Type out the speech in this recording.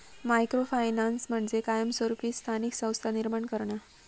micro finance म्हणजे कायमस्वरूपी स्थानिक संस्था निर्माण करणा